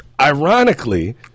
ironically